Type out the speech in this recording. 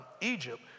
Egypt